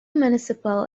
municipal